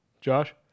Josh